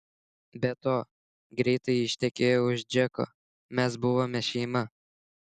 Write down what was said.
be to greitai ji ištekėjo už džeko mes buvome šeima